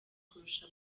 kurusha